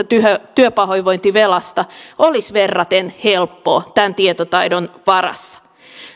työpahoinvointivelasta olisi verraten helppoa tämän tietotaidon varassa